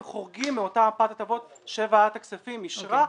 הם חורגים מאותה מפת הטבות שוועדת הכספים אישרה,